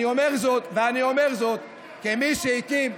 אני אומר זאת כמי שהקים.